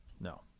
no